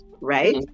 right